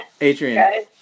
Adrian